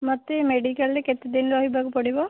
ମୋତେ ମେଡ଼ିକାଲରେ କେତେଦିନ ରହିବାକୁ ପଡ଼ିବ